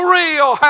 real